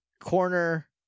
corner